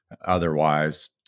otherwise